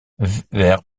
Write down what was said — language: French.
vers